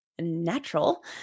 natural